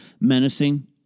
menacing